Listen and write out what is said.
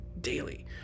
daily